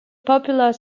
popular